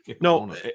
No